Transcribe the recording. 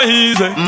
easy